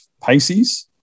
Pisces